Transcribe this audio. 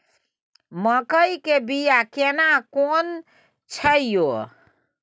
मकई के बिया केना कोन छै यो?